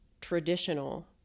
traditional